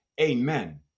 amen